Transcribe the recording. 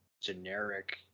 generic